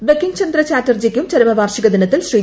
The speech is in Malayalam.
ബങ്കിംഗ് ചന്ദ്ര ചാറ്റർജിക്കും ചരമവാർഷിക ദിന്ത്തിൽ ശ്രീ